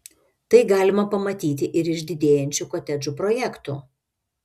tai galima pamatyti ir iš didėjančių kotedžų projektų